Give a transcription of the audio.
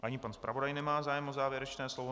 Ani pan zpravodaj nemá zájem o závěrečné slovo.